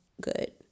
good